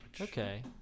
Okay